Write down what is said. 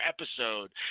episode